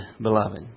beloved